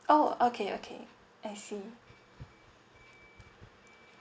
oh okay okay I see